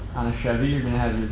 on a chevy, you're gonna have your